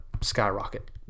skyrocket